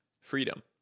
freedom